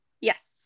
Yes